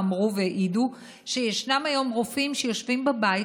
אמרו והעידו שישנם רופאים שיושבים היום בבית,